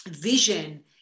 vision